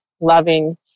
loving